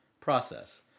process